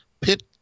pit